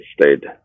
stayed